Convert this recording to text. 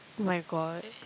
oh my god